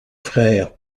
frères